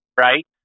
right